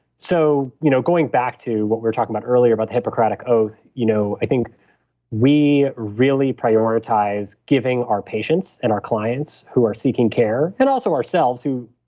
so, you know going back to what we were talking about earlier about the hippocratic oath, you know i think we really prioritize giving our patients and our clients who are seeking care and also ourselves who,